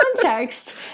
context